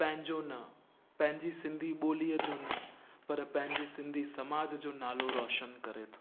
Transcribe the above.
पंहिंजो ना पंहिंजी सिंधी ॿोलीअ जो न पर पंहिंजे सिंधी समाज जो नालो रोशनु करे थो